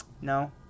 No